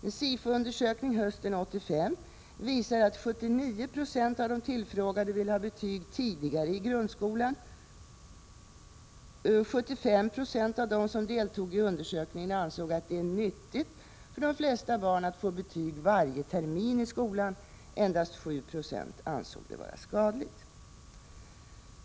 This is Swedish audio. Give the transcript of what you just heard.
En SIFO-undersökning hösten 1985 visar att 79 90 av de tillfrågade ville ha betyg tidigare i grundskolan. 75 Yo av dem som deltog i undersökningen ansåg att det är nyttigt för de flesta barn att få betyg varje termin i skolan — endast 7 96 ansåg det vara skadligt.